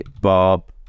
Bob